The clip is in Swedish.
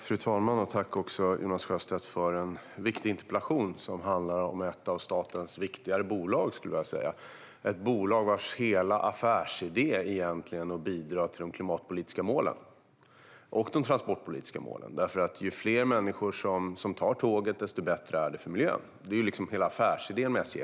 Fru talman! Tack, Jonas Sjöstedt, för en viktig interpellation som handlar om ett av statens viktigare bolag! SJ är ett bolag vars hela affärsidé egentligen är att bidra till de klimatpolitiska och transportpolitiska målen. Ju fler människor som tar tåget, desto bättre är det för miljön. Det är hela affärsidén med SJ.